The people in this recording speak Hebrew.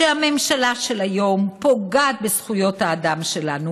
שהממשלה של היום פוגעת בזכויות האדם שלנו